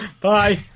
Bye